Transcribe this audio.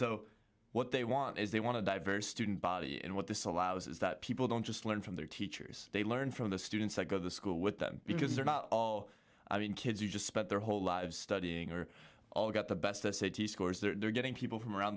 so what they want is they want to diverse student body and what this allows is that people don't just learn from their teachers they learn from the students that go to school with them because they're not all i mean kids who just spent their whole lives studying or all got the best city scores they're getting people from around